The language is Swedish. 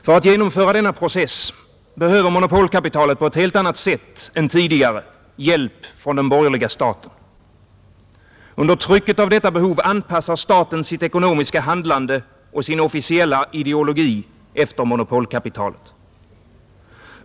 För att genomföra denna process behöver monopolkapitalet på ett helt annat sätt än tidigare hjälp från den borgerliga staten. Under trycket av detta behov anpassar staten sitt ekonomiska handlande och sin officiella ideologi efter monopolkapitalet.